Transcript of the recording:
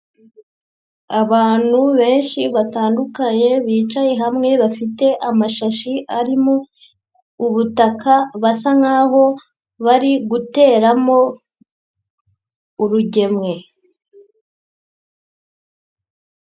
Abantu benshi batandukanye bicaye hamwe bafite amashashi arimo ubutaka, basa nkaho bari guteramo urugemwe.